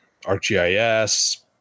ArcGIS